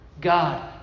God